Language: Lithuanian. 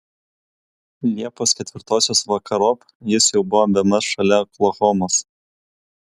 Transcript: liepos ketvirtosios vakarop jis jau buvo bemaž šalia oklahomos